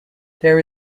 there